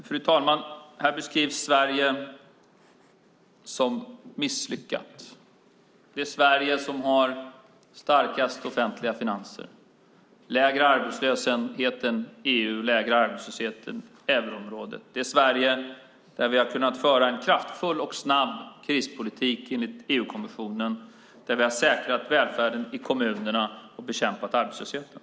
Fru talman! Här beskrivs Sverige som misslyckat. Det gäller det Sverige som har starkast offentliga finanser, lägre arbetslöshet än EU och euroområdet, det Sverige där vi har kunnat föra en kraftfull och snabb krispolitik enligt EU-kommissionen. Vi har säkrat välfärden i kommunerna och bekämpat arbetslösheten.